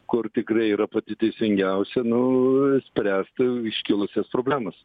kur tikrai yra pati teisingiausia nu spręst iškilusias problemas